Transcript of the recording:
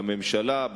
לממשלה,